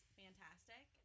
fantastic